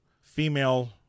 female